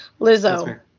Lizzo